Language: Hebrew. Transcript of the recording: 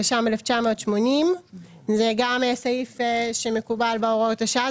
התש"ם 1980"; זה גם סעיף שמקובל בהוראות השעה.